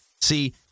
See